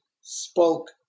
spoke